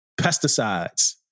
pesticides